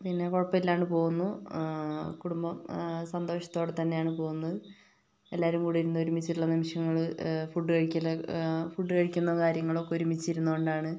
പിന്നെ കുഴപ്പമിലാണ്ട് പോകുന്നു കുടുംബം സന്തോഷത്തോടെ തന്നെയാണ് പോവുന്നത് എല്ലാരും കൂടെ ഇരുന്ന് ഒരുമിച്ച് ഉള്ള നിമിഷങ്ങള് ഫുഡ് കഴിക്കല് ഫുഡ് കഴിക്കുന്ന കാര്യങ്ങളൊക്കെ ഒരുമിച്ചിരുന്നുകൊണ്ടാണ്